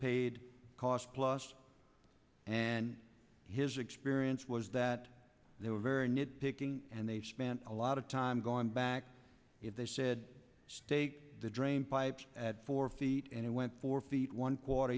paid cost plus and his experience was that they were very nitpicking and they spent a lot of time going back if they said stake the drainpipes at four feet and it went four feet one quarter